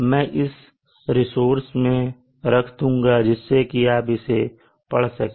मैं इसे रिसोर्स में रख दूँगा जिससे कि आप इसको पढ़ सकें